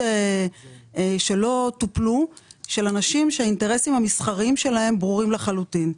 שלא טופלו של אנשים שהאינטרסים המסחריים שלהם ברורים לחלוטין.